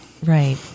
Right